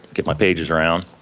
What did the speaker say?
get my pages around.